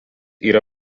yra